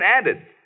added